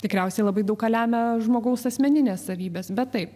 tikriausiai labai daug ką lemia žmogaus asmeninės savybės bet taip